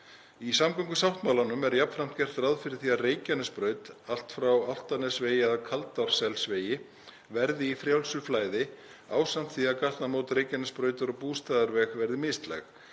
Í samgöngusáttmálanum er jafnframt gert ráð fyrir því að Reykjanesbraut allt frá Álftanesvegi að Kaldárselsvegi verði í frjálsu flæði ásamt því að gatnamót Reykjanesbrautar og Bústaðavegar verði mislæg.